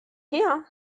here